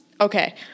Okay